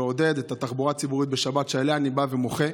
ועודד את התחבורה הציבורית בשבת, שעליה אני מוחה,